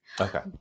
Okay